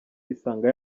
isanga